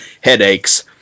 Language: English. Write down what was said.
headaches